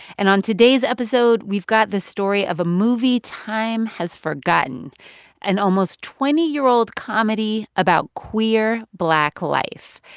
and on today's episode, we've got the story of a movie time has forgotten an almost twenty year old comedy about queer black life.